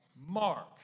Mark